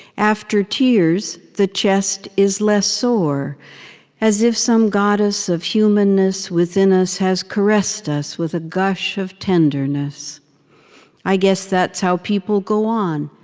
after tears, the chest is less sore as if some goddess of humanness within us has caressed us with a gush of tenderness i guess that's how people go on,